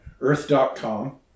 Earth.com